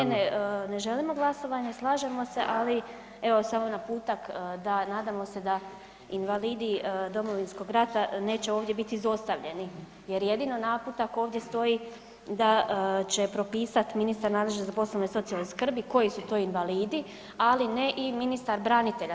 Ne, ne, ne želimo glasovanje, slažemo se, ali evo samo naputak da nadamo se da invalidi Domovinskog rata neće ovdje biti izostavljeni jer jedino naputak ovdje stoji da će propisat ministar nadležan za poslove socijalne skrbi koji su to invalidi, ali ne i ministar branitelja.